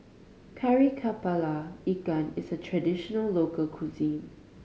Kari Kepala Ikan is a traditional local cuisine